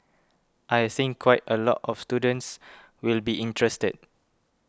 I think quite a lot of students will be interested